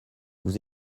vous